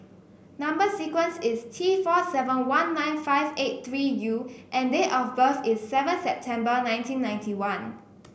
number sequence is T four seven one nine five eight three U and date of birth is seven September nineteen ninety one